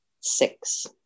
six